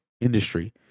industry